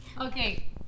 Okay